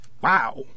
Wow